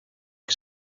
que